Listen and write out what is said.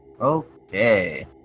Okay